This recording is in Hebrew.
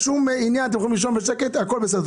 אתם יכולים לישון בשקט, הכול בסדר.